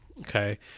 okay